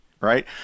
right